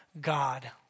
God